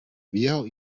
viejo